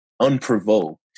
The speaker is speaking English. unprovoked